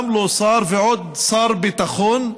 ועוד שר ביטחון,